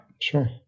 Sure